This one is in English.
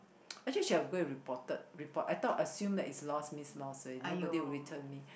actually should have go and reported report I thought assume that it's lost means lost already nobody return me